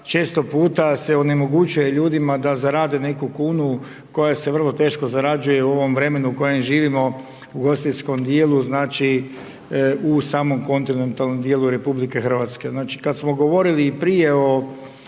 često puta se onemogućuje ljudima da zarade neku kunu koja se vrlo teško zarađuje u ovom vremenu u kojem živimo u ugostiteljskom dijelu, znači, u samom kontinentalnom dijelu RH.